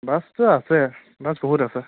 বাছটো আছে বাছ বহুত আছে